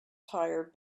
tire